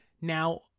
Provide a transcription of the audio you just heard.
now